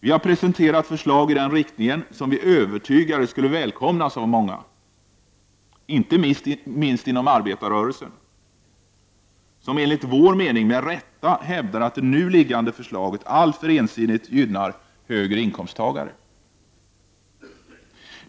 Vi har presenterat förslag i den riktningen som vi är övertygade om skulle välkomnas av de många, inte minst de inom arbetarrörelsen som — enligt vår mening med rätta — hävdar att det nu liggande förslaget alltför ensidigt gynnar de högre inkomsttagarna.